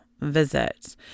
visit